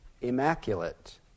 immaculate